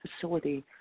facility